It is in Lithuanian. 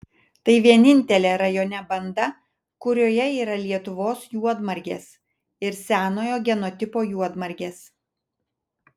tai vienintelė rajone banda kurioje yra lietuvos juodmargės ir senojo genotipo juodmargės